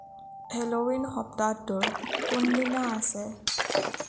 Halloween সপ্তাহটোৰ কোন দিনা আছে